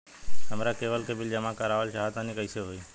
हमरा केबल के बिल जमा करावल चहा तनि कइसे होई?